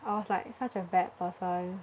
I was like such a bad person